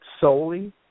solely